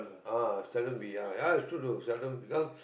ah seldom be ah ah it's true though seldom because